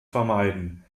vermeiden